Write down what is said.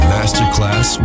Masterclass